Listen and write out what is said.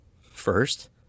First